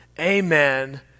Amen